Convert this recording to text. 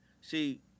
See